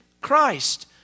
Christ